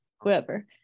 Whoever